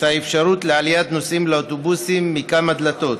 האפשרות לעליית נוסעים לאוטובוסים מכמה דלתות.